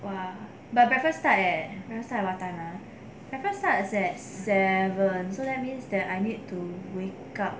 !wah! but breakfast start leh breakfast starts at what time ah breakfast starts at seven so that means that I need to wake up